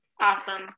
Awesome